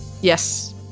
Yes